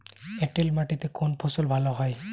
এঁটেল মাটিতে কোন ফসল ভালো হয়?